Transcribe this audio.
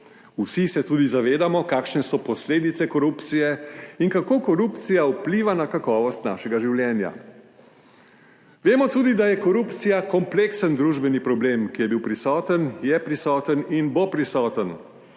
Vsi se tudi zavedamo kakšne so posledice korupcije in kako korupcija vpliva na kakovost našega življenja. Vemo tudi, da je korupcija kompleksen družbeni problem, ki je bil prisoten, je prisoten in bo prisoten,